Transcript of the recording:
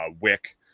wick